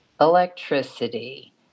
electricity